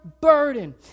burden